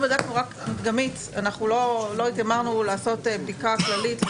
בדקנו רק מדגמית, לא התיימרנו לעשות בדיקה כללית.